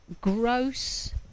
gross